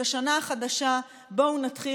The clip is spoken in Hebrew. את השנה החדשה בואו נתחיל,